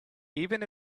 even